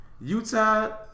Utah